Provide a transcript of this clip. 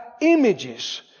images